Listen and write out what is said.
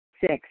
Six